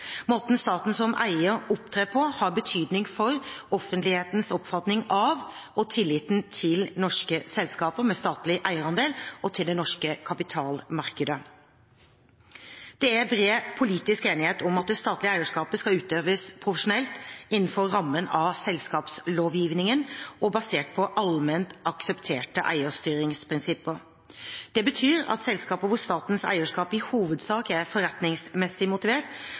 Måten staten som eier opptrer på, har betydning for offentlighetens oppfatning av og tillit til norske selskaper med statlig eierandel – og til det norske kapitalmarkedet. Det er bred politisk enighet om at det statlige eierskapet skal utøves profesjonelt innenfor rammen av selskapslovgivningen og basert på allment aksepterte eierstyringsprinsipper. Det betyr at selskaper hvor statens eierskap i hovedsak er forretningsmessig motivert,